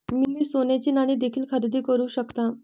तुम्ही सोन्याची नाणी देखील खरेदी करू शकता